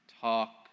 talk